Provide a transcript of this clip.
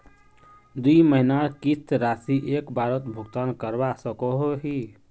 दुई महीनार किस्त राशि एक बारोत भुगतान करवा सकोहो ही?